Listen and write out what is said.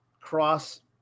Cross